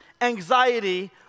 anxiety